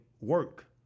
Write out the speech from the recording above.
work